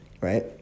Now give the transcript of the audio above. right